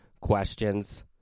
questions